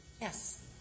Yes